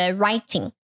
writing